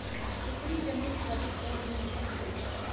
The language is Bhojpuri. उपरी जमीन खातिर कौन बीज ठीक होला?